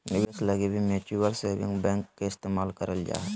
निवेश लगी भी म्युचुअल सेविंग बैंक के इस्तेमाल करल जा हय